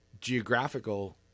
geographical